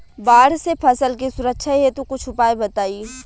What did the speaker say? बाढ़ से फसल के सुरक्षा हेतु कुछ उपाय बताई?